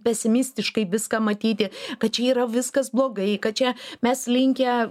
pesimistiškai viską matyti kad čia yra viskas blogai kad čia mes linkę